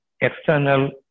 external